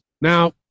Now